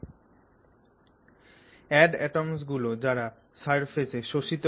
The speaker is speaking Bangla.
Adatoms গুলো অ্যাটম যারা সারফেসে শোষিত হয়